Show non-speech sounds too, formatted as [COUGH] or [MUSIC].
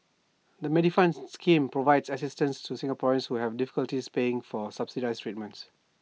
the Medifund scheme provides assistance [UNINTELLIGIBLE] Singaporeans who have difficulties paying for subsidized treatments